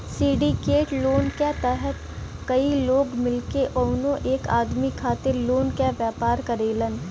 syndicate loan क तहत कई लोग मिलके कउनो एक आदमी खातिर लोन क व्यवस्था करेलन